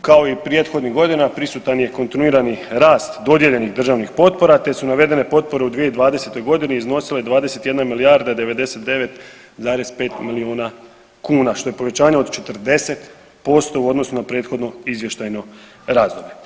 kao i prethodnih godina prisutan je kontinuirani rast dodijeljenih državnih potpora te su navedene potpore u 2020.g. iznosile 21 milijarda 99,5 milijuna kuna što je povećanje od 40% u odnosu na prethodno izvještajno razdoblje.